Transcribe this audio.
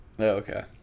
Okay